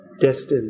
destined